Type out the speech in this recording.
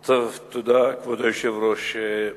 תודה, כבוד היושב-ראש.